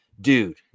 dude